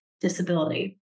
disability